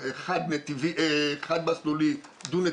חד מסלולי דו נתיבי,